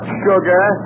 sugar